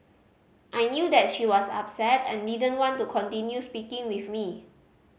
I knew that she was upset and didn't want to continue speaking with me